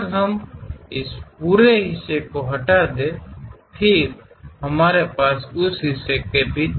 ನಾವು ಈ ಸಂಪೂರ್ಣ ಭಾಗವನ್ನು ತೆಗೆದುಹಾಕಿದರೆ ನಂತರ ನಾವು ಆ ಭಾಗದೊಳಗೆ ವಸ್ತುಗಳನ್ನು ಹೊಂದಿದ್ದೇವೆ